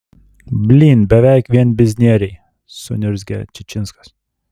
blyn beveik vien biznieriai suniurzgė čičinskas